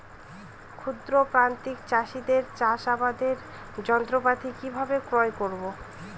ক্ষুদ্র প্রান্তিক চাষীদের চাষাবাদের যন্ত্রপাতি কিভাবে ক্রয় করব?